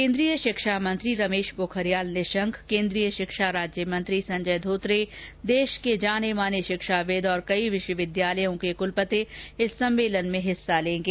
केन्द्रीय शिक्षामंत्री रमेश पोखरियाल केन्द्रीय शिक्षा राज्य मंत्री संजय धोत्रे देश के जाने माने शिक्षाविद और कई विश्वविद्यालयों के कुलपति इस सम्मेलन में हिस्सा लेंगे